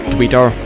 Twitter